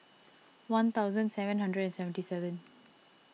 one thousand seven hundred seventy seven